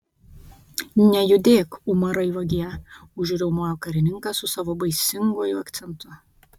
nejudėk umarai vagie užriaumojo karininkas su savo baisinguoju akcentu